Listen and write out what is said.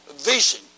vision